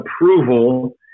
approval